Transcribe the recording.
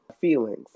feelings